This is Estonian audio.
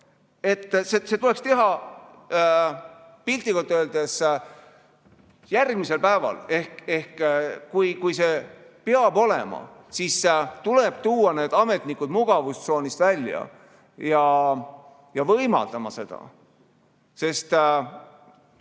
Seda tuleks teha piltlikult öeldes järgmisel päeval. Kui see peab olema, siis tuleb tuua need ametnikud mugavustsoonist välja ja seda võimaldada. Uskuge